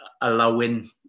allowing